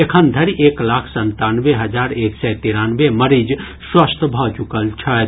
एखन धरि एक लाख संतानवे हजार एक सय तिरानवे मरीज स्वस्थ भऽ चुकल छथि